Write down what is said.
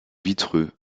vitreux